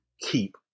keep